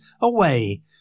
away